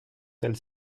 elles